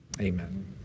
Amen